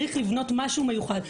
צריך לבנות משהו מיוחד.